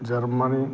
Germany